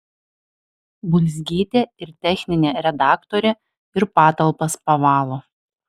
bulzgytė ir techninė redaktorė ir patalpas pavalo